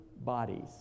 bodies